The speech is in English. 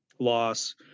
loss